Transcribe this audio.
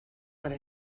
para